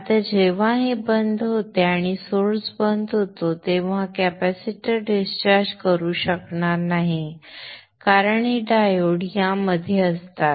आता जेव्हा हे बंद होते आणि सोर्स बंद होतो तेव्हा कॅपेसिटर डिस्चार्ज करू शकणार नाही कारण हे डायोड यामध्ये असतात